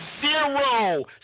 zero